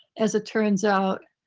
as it turns out,